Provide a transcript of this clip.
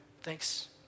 Thanks